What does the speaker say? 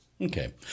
Okay